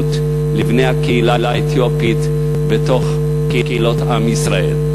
ושייכות לבני הקהילה האתיופית בתוך קהילות עם ישראל.